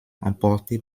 emportée